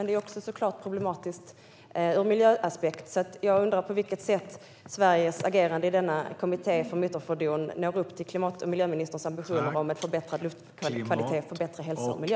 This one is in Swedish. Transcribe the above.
Det är också problematiskt ur miljösynpunkt. Jag undrar: På vilket sätt når Sveriges agerande i kommittén för motorfordon upp till klimat och miljöministerns ambitioner om en förbättrad luftkvalitet för bättre hälsa och miljö?